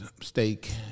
steak